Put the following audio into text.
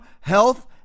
health